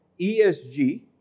ESG